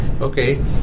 Okay